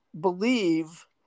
believe